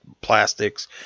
plastics